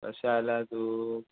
तशें जाल्या तूं